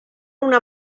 una